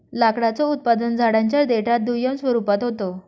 लाकडाचं उत्पादन झाडांच्या देठात दुय्यम स्वरूपात होत